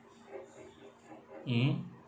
mm